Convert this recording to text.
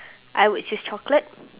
I would choose chocolate